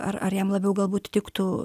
ar ar jam labiau galbūt tiktų